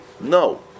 No